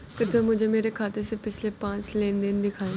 कृपया मुझे मेरे खाते से पिछले पांच लेनदेन दिखाएं